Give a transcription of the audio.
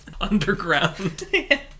Underground